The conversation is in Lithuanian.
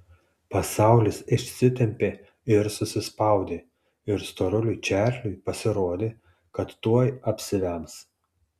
pasaulis išsitempė ir susispaudė ir storuliui čarliui pasirodė kad tuoj apsivems